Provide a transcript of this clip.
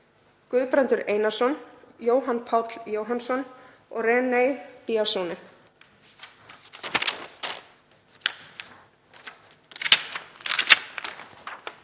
Guðbrandur Einarsson, Jóhann Páll Jóhannsson og René Biasone.